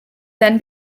then